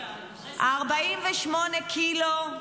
--- 48 קילו,